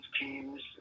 teams